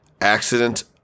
Accident